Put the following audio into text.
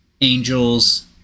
angels